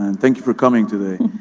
and thank you for coming today.